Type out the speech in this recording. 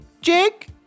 Jake